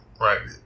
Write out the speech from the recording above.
right